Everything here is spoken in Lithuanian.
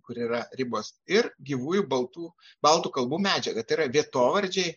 kur yra ribos ir gyvųjų baltų baltų kalbų medžiagą tai yra vietovardžiai